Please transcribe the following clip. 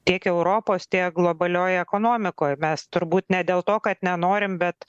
tiek europos tiek globalioj ekonomikoj mes turbūt ne dėl to kad nenorim bet